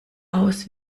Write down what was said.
aus